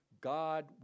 God